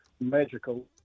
magical